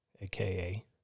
AKA